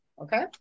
okay